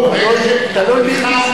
כורכים את הממון בגט.